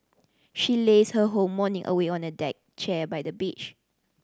she lazed her whole morning away on a deck chair by the beach